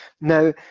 Now